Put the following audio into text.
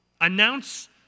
Announce